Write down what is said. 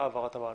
העברת הבעלות?